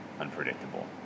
unpredictable